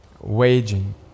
waging